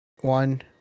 one